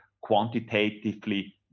quantitatively